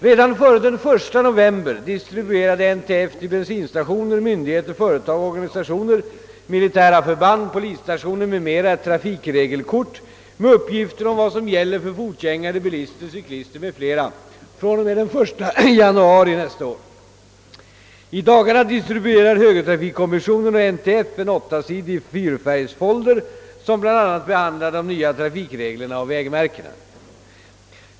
Redan före den 1 november distribuerade NTF till bensinstationer, myndigheter, företag, organisationer, militära förband, polisstationer m.m. ett trafikregelkort med uppgifter om vad som gäller för fotgängare, bilister, cyklister m.fl. fr.o.m. den 1 januari nästa år. I dagarna distribuerar högertrafikkommissionen och NTF en 8-sidig fyrfärgsfolder som bl.a. behandlar de nya trafikreglerna och vägmärkena.